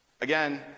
again